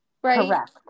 correct